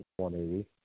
180